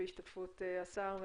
בהשתתפות השר,